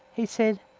he said